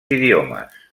idiomes